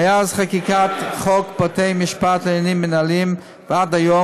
מאז חקיקת חוק בתי-משפט לעניינים מינהליים ועד היום